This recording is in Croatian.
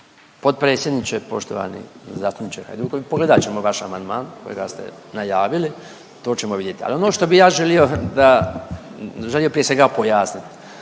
potpredsjedniče. Poštovani zastupniče Hajduković, pogledat ćemo vaš amandman kojega ste najavili, to ćemo vidjet ali ono što bi ja želio da, želio prije svega pojasnit.